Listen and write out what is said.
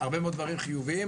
הרבה מאוד דברים חיוביים,